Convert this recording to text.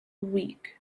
weak